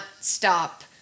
stop